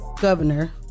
Governor